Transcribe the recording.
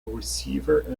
receiver